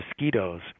mosquitoes